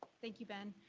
thank you, ben.